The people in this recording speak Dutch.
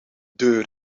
deur